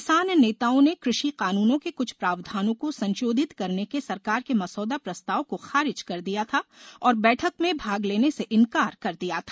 किसान नेताओं ने कृषि कानूनों के कृछ प्रावधानों को संशोधित करने के सरकार के मसौदा प्रस्ताव को खारिज कर दिया था और बैठक में भाग लेने से इंकार कर दिया था